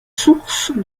source